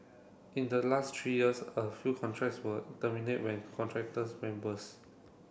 in the last three years a few contracts were terminate when contractors went burst